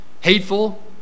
hateful